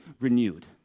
renewed